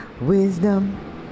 Wisdom